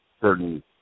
certain